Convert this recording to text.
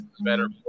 better